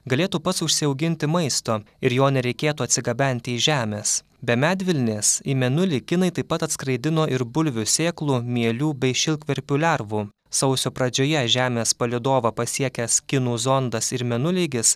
galėtų pats užsiauginti maisto ir jo nereikėtų atsigabenti iš žemės be medvilnės į mėnulį kinai taip pat atskraidino ir bulvių sėklų mielių bei šilkverpių lervų sausio pradžioje žemės palydovą pasiekęs kinų zondas ir mėnuleigis